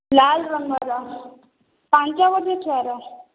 ଲାଲ ରଙ୍ଗର ପାଞ୍ଚ ବର୍ଷ ଛୁଆର